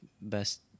best